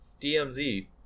DMZ